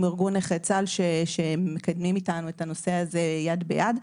ארגון נכי צהל שמקדם את הנושא הזה יד ביד.